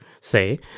say